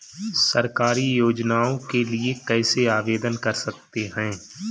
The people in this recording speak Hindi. सरकारी योजनाओं के लिए कैसे आवेदन कर सकते हैं?